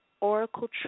Oracle